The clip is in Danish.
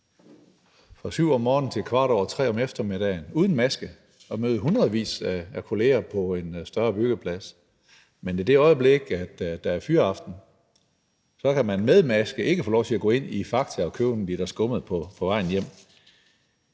fra kl. 7 om morgenen til kvart over 3 om eftermiddagen uden maske og med hundredvis af kolleger på en større byggeplads. Men i det øjeblik, der er fyraften, kan man med maske ikke få lov til at gå ind i Fakta og købe en liter skummetmælk på vejen hjem.